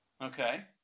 Okay